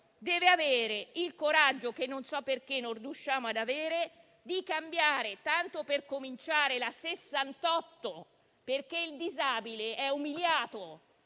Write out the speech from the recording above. deve avere il coraggio - che, non so perché, non riusciamo ad avere - di cambiare, tanto per cominciare, la legge n. 68 del 1999, perché il disabile è umiliato